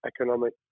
economic